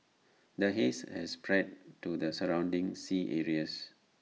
the haze has spread to the surrounding sea areas